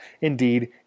Indeed